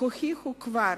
שהוכיחו כבר